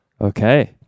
okay